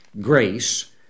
Grace